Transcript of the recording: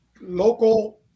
local